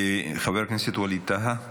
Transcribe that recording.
חבר הכנסת ווליד טאהא,